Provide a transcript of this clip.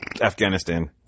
Afghanistan